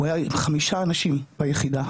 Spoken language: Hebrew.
הוא היה עם חמישה אנשים ביחידה